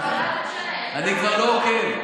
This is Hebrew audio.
אני כבר לא עוקב.